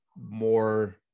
more